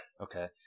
Okay